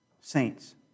saints